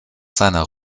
seiner